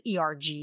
ERG